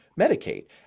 Medicaid